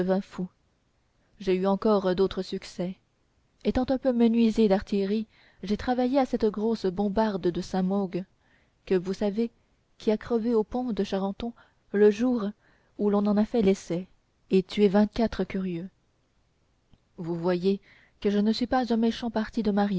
fou j'ai eu encore d'autres succès étant un peu menuisier d'artillerie j'ai travaillé à cette grosse bombarde de jean maugue que vous savez qui a crevé au pont de charenton le jour où l'on en a fait l'essai et tué vingt-quatre curieux vous voyez que je ne suis pas un méchant parti de